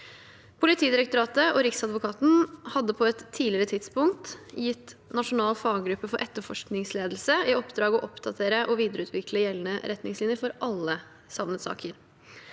Politidirektoratet og Riksadvokaten hadde på et tidligere tidspunkt gitt Nasjonal faggruppe for etterforskningsledelse i oppdrag å oppdatere og videreutvikle gjeldende retningslinjer for alle savnetsaker.